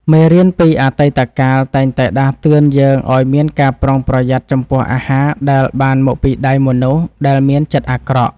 មេរៀនពីអតីតកាលតែងតែដាស់តឿនយើងឱ្យមានការប្រុងប្រយ័ត្នចំពោះអាហារដែលបានមកពីដៃមនុស្សដែលមានចិត្តអាក្រក់។